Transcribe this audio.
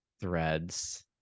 Threads